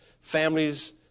Families